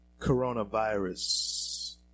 coronavirus